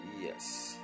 Yes